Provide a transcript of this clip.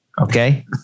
Okay